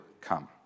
come